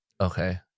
okay